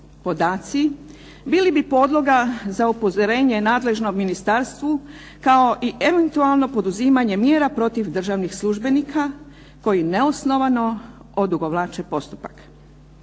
podaci bili bi podloga za upozorenje nadležnom ministarstvu kao i eventualno poduzimanje mjera protiv državnih službenika koji neosnovano odugovlače postupak.